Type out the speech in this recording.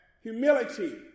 humility